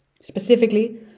Specifically